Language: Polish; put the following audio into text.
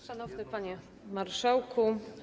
Szanowny Panie Marszałku!